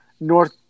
North